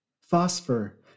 Phosphor